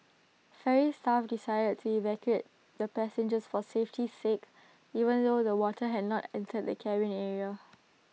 ferry staff decided to evacuate the passengers for safety's sake even though the water had not entered the cabin area